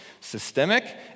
systemic